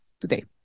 today